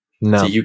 No